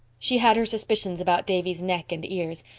she had her suspicions about davy's neck and ears.